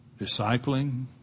Discipling